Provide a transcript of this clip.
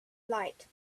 light